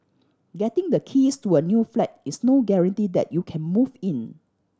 getting the keys to a new flat is no guarantee that you can move in